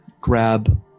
grab